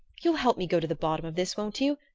you'll help me go to the bottom of this, won't you?